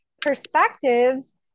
perspectives